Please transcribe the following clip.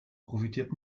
profitiert